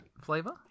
Flavor